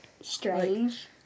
Strange